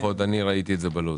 לפחות אני ראיתי את זה בלו"ז.